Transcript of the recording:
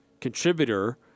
contributor